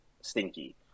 stinky